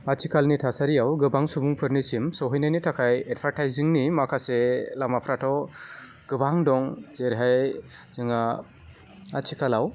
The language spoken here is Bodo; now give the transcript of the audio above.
आथिखालनि थासारियाव गोबां सुबुंफोरनिसिम सहैनायनि थाखाय एडभारटाइजिंनि माखासे लामाफ्राथ' गोबां दं जेरैहाय जोंहा आथिखालाव